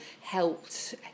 helped